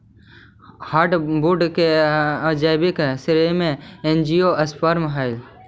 hardwood के जैविक श्रेणी एंजियोस्पर्म हइ